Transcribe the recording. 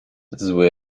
zły